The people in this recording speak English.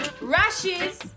rashes